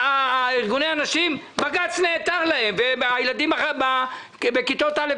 בג"ץ נעתר להם והילדים בכיתות א',